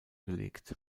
gelegt